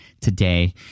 today